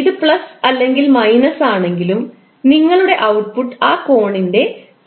ഇത് പ്ലസ് അല്ലെങ്കിൽ മൈനസ് ആണെങ്കിലും നിങ്ങളുടെ ഔട്ട്പുട്ട് ആ കോണിന്റെ കോസിൻറെ മൈനസ് ആയിരിക്കും